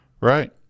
Right